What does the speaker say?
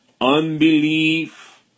unbelief